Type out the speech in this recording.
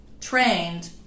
trained